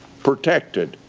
protected,